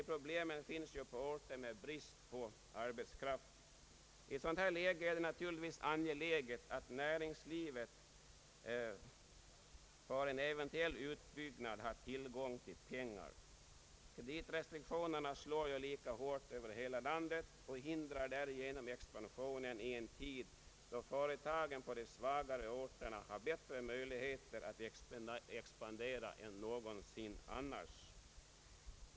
De problemen finns ju på orter med brist på arbetskraft. I ett sådant här läge är det naturligtvis angeläget att näringslivet för en eventuell utbyggnad har tillgång till pengar. Kreditrestriktionerna slår ju lika hårt över hela landet och hindrar därigenom expansionen i en tid då företagen på de svagare orterna har större möjligheter att expandera än någonsin.